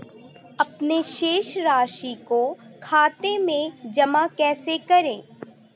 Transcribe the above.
अपने शेष राशि को खाते में जमा कैसे करें?